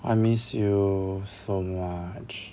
I miss you so much